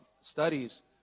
studies